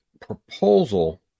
proposal